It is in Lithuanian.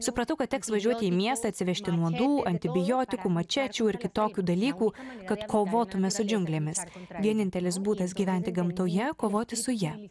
supratau kad teks važiuoti į miestą atsivežti nuodų antibiotikų mačečių ir kitokių dalykų kad kovotume su džiunglėmis vienintelis būdas gyventi gamtoje kovoti su ja